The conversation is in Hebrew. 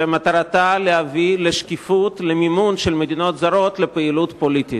ומטרתה להביא לשקיפות מימון של מדינות זרות לפעילות פוליטית.